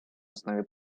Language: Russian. основе